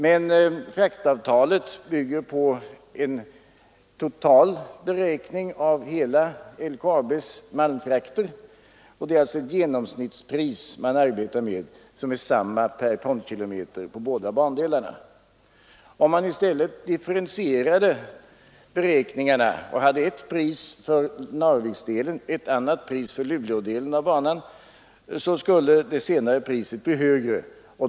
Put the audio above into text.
Men fraktavtalet bygger på en total beräkning av hela LKAB:s malmfrakter, och det är alltså ett genomsnittpris man arbetar med, detsamma per tonkilometer på båda bandelarna. Om man i stället differentierade beräkningarna och hade ett pris för Narviksdelen och ett annat pris för Luleådelen av banan skulle det senare priset bli högre.